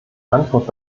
antwort